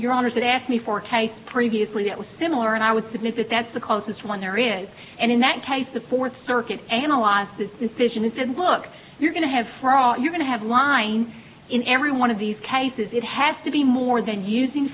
your honor that asked me for type previously that was similar and i would submit that that's the closest one there is and in that case the fourth circuit analyze this decision is it look you're going to have fraud you're going to have line in every one of these cases it has to be more than using